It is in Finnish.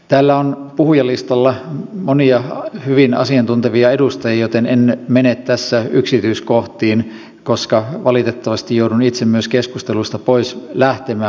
täällä on puhujalistalla monia hyvin asiantuntevia edustajia joten en mene tässä yksityiskohtiin koska valitettavasti joudun itse myös keskustelusta pois lähtemään